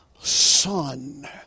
Son